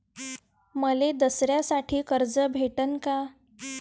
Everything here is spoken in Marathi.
मले दसऱ्यासाठी कर्ज भेटन का?